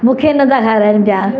मुखे नथा खाराइन पिया